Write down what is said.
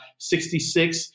66